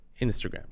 Instagram